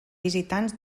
visitants